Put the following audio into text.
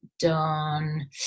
done